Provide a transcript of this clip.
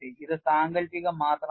ഇത് സാങ്കൽപ്പികം മാത്രമാണ്